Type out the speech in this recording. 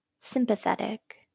sympathetic